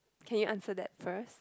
can you answer that first